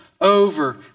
over